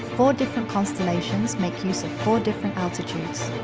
four different constellations make use of four different altitudes.